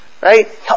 right